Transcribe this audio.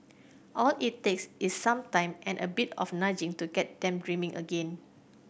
all it takes is some time and a bit of nudging to get them dreaming again